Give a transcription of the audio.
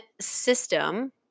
system